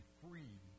free